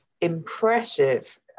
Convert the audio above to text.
impressive